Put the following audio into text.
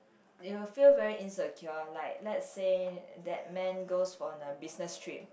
you'll feel very insecure like let's say that man goes on a business trip